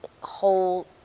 whole